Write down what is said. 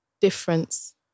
difference